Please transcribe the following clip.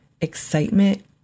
excitement